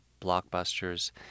blockbusters